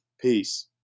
Peace